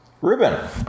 Ruben